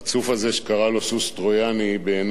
בעיני הוא לא יותר מחמור טרויאני.